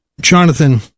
Jonathan